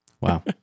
Wow